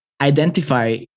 identify